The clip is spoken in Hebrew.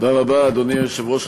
אדוני היושב-ראש,